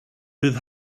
bydd